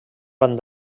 van